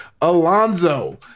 Alonzo